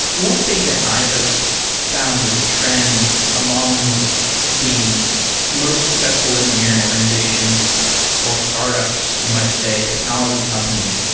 one thing that i have found is a trend among the most successful engineering organizations or startups, you might say technology companies,